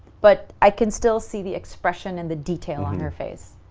but i can still see the expression and the detail on her face,